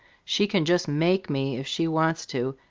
she can just make me, if she wants to,